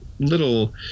little